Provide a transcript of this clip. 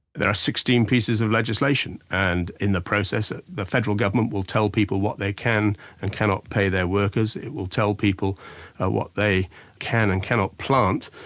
there are sixteen pieces of legislation, and in the process the federal government will tell people what they can and cannot pay their workers it will tell people what they can and cannot plant,